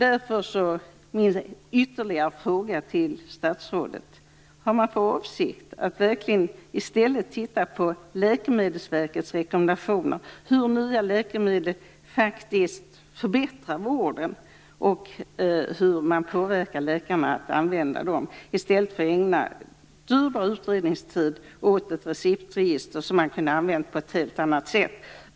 Därför är min ytterligare fråga till statsrådet: Har man för avsikt att se över Läkemedelsverkets rekommendationer, hur nya läkemedel faktiskt förbättrar vården och hur man kan påverka läkarna att använda dem i stället för att ägna dyrbar utredningstid åt ett receptregister som kunde ha använts på ett helt annat sätt.